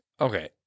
okay